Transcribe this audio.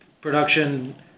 production